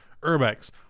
Urbex